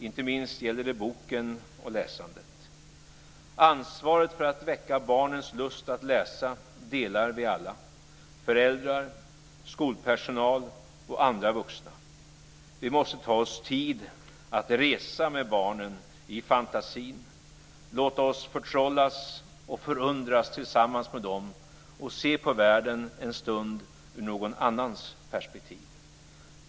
Inte minst gäller det boken och läsandet. Ansvaret för att väcka barnens lust att läsa delar vi alla - föräldrar, skolpersonal och andra vuxna. Vi måste ta oss tid att resa med barnen i fantasin, låta oss förtrollas och förundras tillsammans med dem och se på världen en stund ur någon annans perspektiv.